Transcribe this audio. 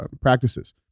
practices